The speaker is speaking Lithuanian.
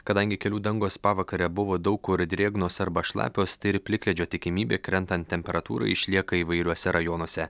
kadangi kelių dangos pavakare buvo daug kur drėgnos arba šlapios tai ir plikledžio tikimybė krentant temperatūrai išlieka įvairiuose rajonuose